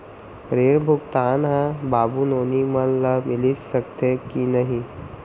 ऋण भुगतान ह बाबू नोनी मन ला मिलिस सकथे की नहीं?